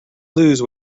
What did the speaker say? lose